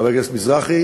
חבר הכנסת מזרחי,